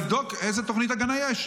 לבדוק איזו תוכנית הגנה יש.